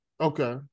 Okay